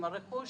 עם הרכוש,